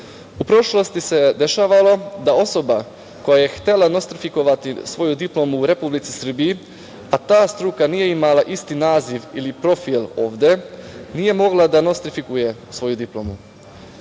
U prošlosti se dešavalo da osoba koja je htela nostrifikovati svoju diplomu u Republici Srbiji, a ta struka nije imala isti naziv ili profil ovde, nije mogla da nostrifikuje svoju diplomu. Izmenom